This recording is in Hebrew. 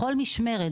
בכל משמרת,